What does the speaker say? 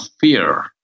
fear